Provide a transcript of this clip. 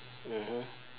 mmhmm